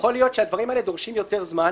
יכול להיות שהדברים האלה דורשים יותר זמן.